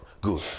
Good